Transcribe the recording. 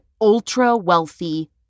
ultra-wealthy